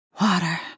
Water